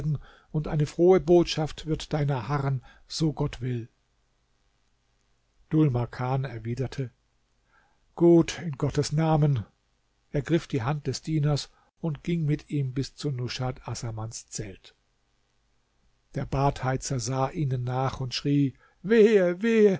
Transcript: und eine frohe botschaft wird deiner harren so gott will dhul makan erwiderte gut in gottes namen ergriff die hand des dieners und ging mit ihm bis zu nushat assamans zelt der badheizer sah ihnen nach und schrie wehe wehe